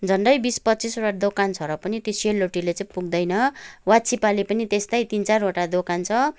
झन्डै बिस पचिसवटा दोकान छ र पनि त्यो सेल रोटीले चाहिँ पुग्दैन वाचिप्पाले पनि त्यस्तै तिन चारवटा दोकान छ